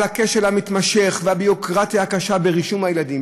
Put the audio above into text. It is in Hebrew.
על הכשל המתמשך והביורוקרטיה הקשה ברישום הילדים,